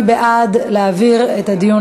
מי בעד להעביר את הדיון